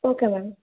okay ma'am